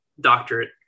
doctorate